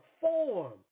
form